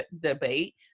debate